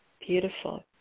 Beautiful